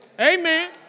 Amen